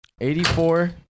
84